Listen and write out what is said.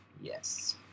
Yes